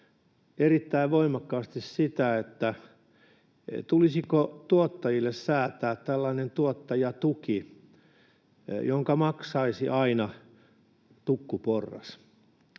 erittäin voimakkaasti sitä, että tulisiko tuottajille säätää tällainen tuottajatuki, jonka maksaisi aina tukkuporras.